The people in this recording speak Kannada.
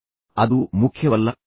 ಆದ್ದರಿಂದ ಅದು ಮುಖ್ಯವಲ್ಲ